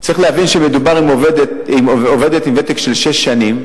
צריך להבין שמדובר בעובדת עם ותק של שש שנים,